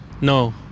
No